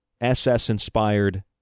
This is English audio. SS-inspired